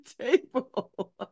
table